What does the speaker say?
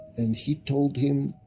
and he told him,